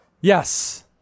Yes